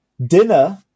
dinner